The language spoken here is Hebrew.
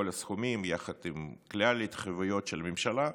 הסכומים יחד עם כלל ההתחייבויות של הממשלה.